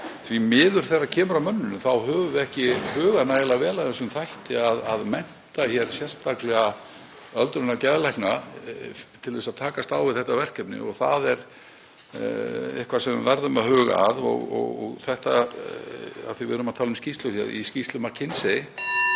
því miður þegar kemur að mönnun þá höfum við ekki hugað nægilega vel að þessum þætti, að mennta sérstaklega öldrunargeðlækna til að takast á við þetta verkefni og það er eitthvað sem við verðum að huga að. Og af því að við erum að tala um skýrslur þá kemur líka